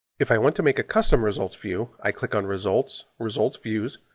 if i want to make a custom results view, i click on results results views,